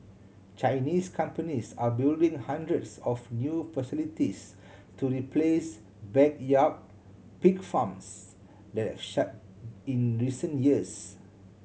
Chinese companies are building hundreds of new facilities to replace backyard pig farms that shut in recent years